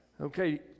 Okay